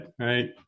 right